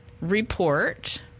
report